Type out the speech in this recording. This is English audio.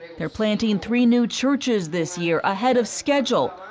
they're planting three new churches this year, ahead of schedule.